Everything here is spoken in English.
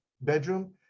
bedroom